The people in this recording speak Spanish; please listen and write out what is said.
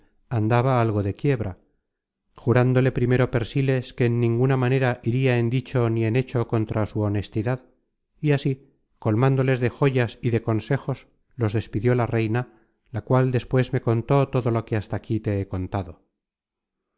andaba algo de quiebra jurándole primero persiles que en ninguna manera iria en dicho ni en hecho contra su honestidad y así colmándoles de joyas y de consejos los despidió la reina la cual despues me contó todo lo que hasta aquí te he contado